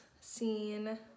scene